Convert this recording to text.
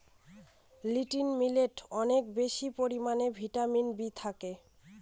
little মিলেটে অনেক বেশি পরিমানে ভিটামিন বি থাকে